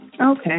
Okay